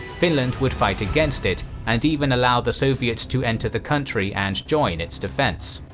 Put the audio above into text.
finland would fight against it and even allow the soviets to enter the country and join its defense.